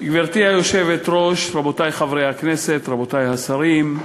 גברתי היושבת-ראש, רבותי חברי הכנסת, רבותי השרים,